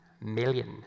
Million